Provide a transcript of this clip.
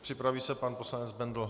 Připraví se pan poslanec Bendl.